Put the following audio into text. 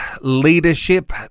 leadership